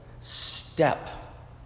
step